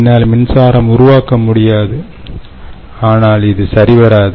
என்னால் மின்சாரம் உருவாக்க முடியாது ஆனால்இது சரிவராது